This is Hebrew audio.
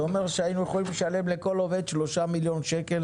זה אומר שהיינו יכולים לשלם לכל עובד שלושה מיליון שקל